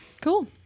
cool